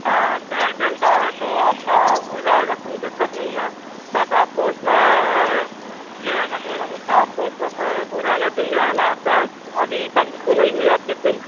हाँ तो एयरटेल का है तो आपका हो जाएगा कोई दिक्कत नहीं है बट आपको उसमें ये हैगा थोड़ा बोहौत तो आपको उसमें पे वह रहना चहिए है ना शायद अभी बंद तो नहीं हुई आपकी सिम